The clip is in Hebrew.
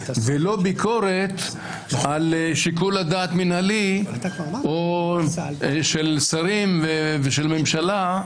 ולא ביקורת על שיקול הדעת המינהלי או של שרים ושל ממשלה,